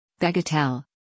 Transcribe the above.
Begatel